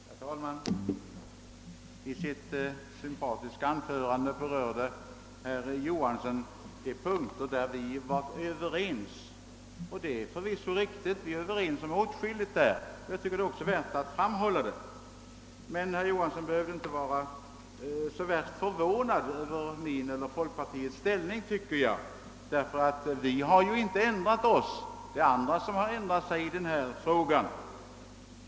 Herr talman! I sitt sympatiska anförande berörde herr Johansson i Trollhättan de punker där vi är överens. Det är förvisso riktigt att vi är överens om åtskilligt, och jag tycker också att detta är värt att framhålla. Men herr Johansson i Trollhättan behöver inte vara så förvånad över folkpartiets ställningstagande, ty vi har inte ändrat oss sen 1962 — det är andra som har ändrat sig i denna fråga.